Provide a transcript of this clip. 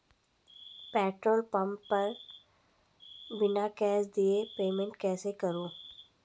Petrol pump पर बिना cash दिए पेमेंट कैसे करूँ?